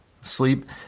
Sleep